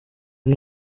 ari